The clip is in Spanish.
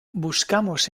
buscamos